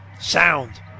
Sound